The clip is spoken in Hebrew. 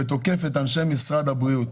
ותוקף את אנשי משרד הבריאות.